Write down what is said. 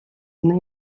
name